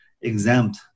exempt